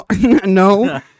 No